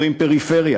אומרים פריפריה.